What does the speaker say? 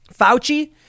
Fauci